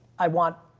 i want,